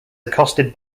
accosted